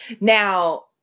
Now